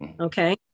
okay